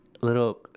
little